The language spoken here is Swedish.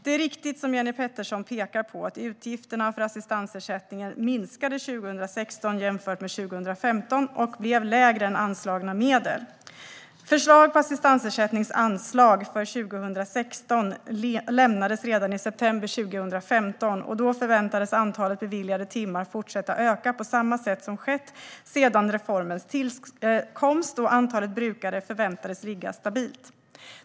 Det är riktigt som Jenny Petersson pekar på att utgifterna för assistansersättningen minskade 2016 jämfört med 2015 och blev lägre än anslagna medel. Förslag på assistansersättningens anslag för 2016 lämnades redan i september 2015. Då förväntades antalet beviljade timmar fortsätta att öka på samma sätt som skett sedan reformens tillkomst, och antalet brukare förväntades ligga stabilt.